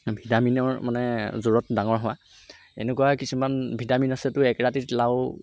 ভিটামিনৰ মানে জোৰত ডাঙৰ হোৱা এনেকুৱা কিছুমান ভিটামিন আছে তো একৰাতিত লাও